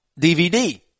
DVD